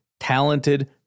Talented